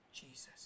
Jesus